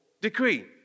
decree